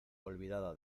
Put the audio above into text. olvidada